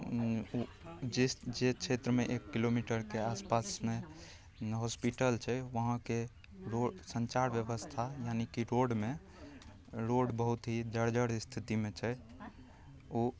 जिस जे क्षेत्रमे एक किलोमीटरके आसपासमे हॉसपिटल छै वहाँके रोड सञ्चार बेबस्था यानि कि रोडमे रोड बहुत ही जर्जर इस्थितिमे छै ओ